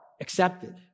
accepted